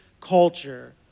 culture